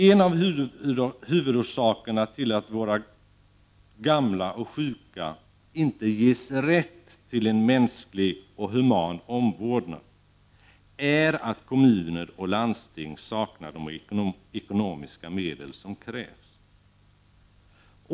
En av huvudorsakerna till att våra gamla och sjuka inte ges rätt till en mänsklig och human omvårdnad är att kommuner och landsting saknar de ekonomiska medel som krävs.